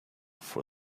for